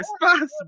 responsible